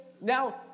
Now